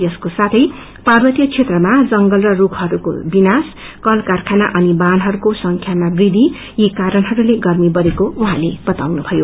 यसको साथै पार्वतीय क्षेत्रमा जंगल र रूखहरूको विनाश कल कारखाना अनि वाहनहरूको संख्यामा वृद्धि यी करणहरूले गर्मी बढ़ेको उहाँले बताउनुभयो